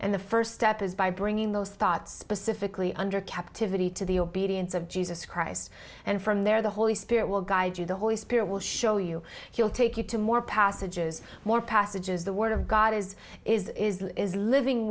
and the first step is by bringing those thoughts specifically under captivity to the obedience of jesus christ and from there the holy spirit will guide you the holy spirit will show you he'll take you to more passages more passages the word of god is is is living